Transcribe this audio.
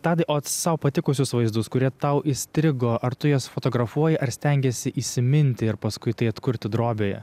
tadai o sau patikusius vaizdus kurie tau įstrigo ar tu juos fotografuoji ar stengiesi įsiminti ir paskui tai atkurti drobėje